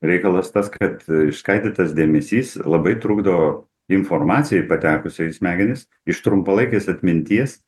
reikalas tas kad išskaidytas dėmesys labai trukdo informacijai patekusiai į smegenis iš trumpalaikės atminties